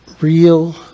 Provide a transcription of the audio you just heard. real